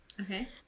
Okay